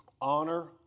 Honor